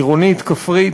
עירונית, כפרית,